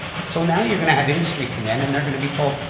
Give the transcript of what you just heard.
so now you're going to have industry come in and they're going to be told,